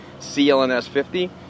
CLNS50